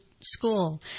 school